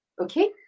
Okay